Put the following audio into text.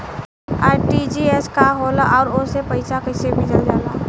RTGS का होला आउरओ से पईसा कइसे भेजल जला?